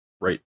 right